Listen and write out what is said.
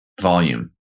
volume